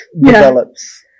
develops